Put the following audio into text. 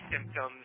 symptoms